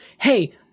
hey